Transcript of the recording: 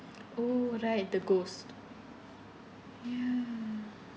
oh right the ghost ya